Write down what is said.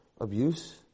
Abuse